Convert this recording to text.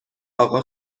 آقا